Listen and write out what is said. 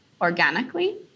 organically